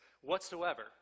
whatsoever